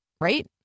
right